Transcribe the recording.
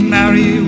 marry